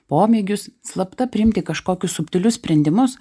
pomėgius slapta priimti kažkokius subtilius sprendimus